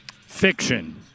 Fiction